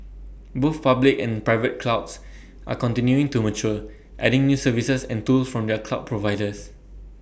both public and private clouds are continuing to mature adding new services and tools from their cloud providers